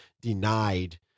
denied